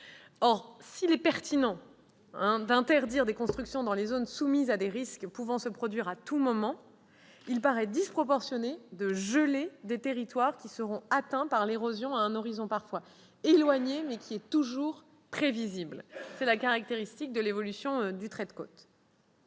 Or, s'il est pertinent d'interdire des constructions dans des zones soumises à des risques pouvant se produire à tout moment, il paraît disproportionné de « geler » des territoires qui seront atteints par l'érosion à un horizon parfois éloigné, mais toujours prévisible. C'est la caractéristique de l'évolution du trait de côte.